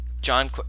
John